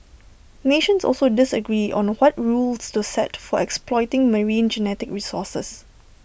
nations also disagree on what rules to set for exploiting marine genetic resources